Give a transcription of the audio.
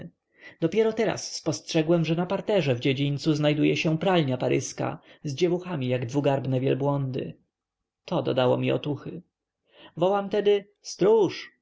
dopiero teraz spostrzegłem że na parterze w dziedzińcu znajduje się pralnia paryska z dziewuchami jak dwugarbne wielbłądy to dodało mi otuchy wołam tedy stróż